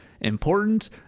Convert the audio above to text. important